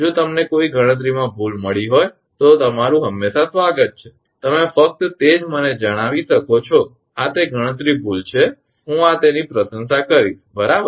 જો તમને કોઈ પણ ગણતરીમાં ભૂલ મળી હોય તો તમારું હંમેશાં સ્વાગત છે તમે ફક્ત તે જ તમે મને જણાવી શકો છો કે આ તે ગણતરી ભૂલ છે હું આ તેની પ્રશંસા કરીશ બરાબર